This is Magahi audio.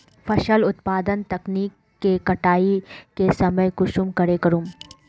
फसल उत्पादन तकनीक के कटाई के समय कुंसम करे करूम?